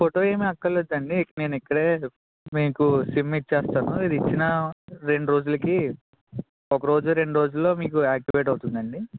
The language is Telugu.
ఫోటో ఏమి అక్కరలేదండి నేను ఇక్కడ మీకు సిమ్ ఇస్తాను ఇది ఇచ్చిన రెండు రోజులకి ఒక రోజు రెండు రోజులలో మీకు యాక్టివేట్ అవుతుంది అండి